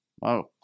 Wow